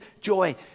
joy